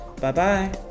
Bye-bye